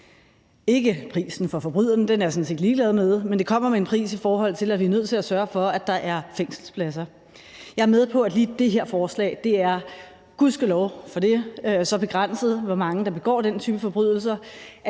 ikke prisen for forbryderen; den er jeg sådan set ligeglad med. Men det kommer med en pris, i forhold til at vi er nødt til at sørge for, at der er fængselspladser. Jeg er med på, at lige det her forslag – det er gudskelov begrænset, hvor mange der begår den type forbrydelser